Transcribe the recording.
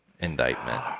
indictment